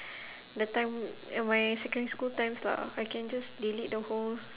the time my secondary school times lah I can just delete the whole